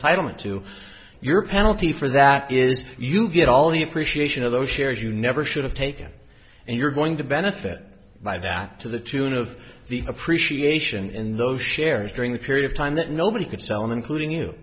entitlement to your penalty for that is you get all the appreciation of those shares you never should've taken and you're going to benefit by that to the tune of the appreciation in those shares during the period of time that nobody could sell including you